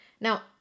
Now